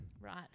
right